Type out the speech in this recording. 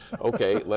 Okay